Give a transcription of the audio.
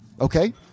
Okay